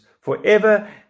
forever